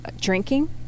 drinking